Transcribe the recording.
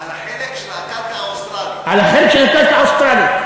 על החלק האוסטרלי, על החלק של הקרקע האוסטרלית.